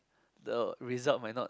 the result might not